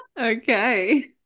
okay